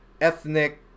ethnic